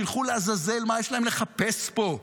שילכו לעזאזל, מה יש להם לחפש פה?